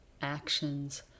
actions